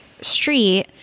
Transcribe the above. street